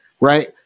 Right